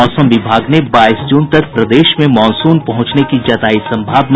मौसम विभाग ने बाईस जून तक प्रदेश में मॉनसून पहुंचने की जतायी संभावना